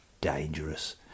dangerous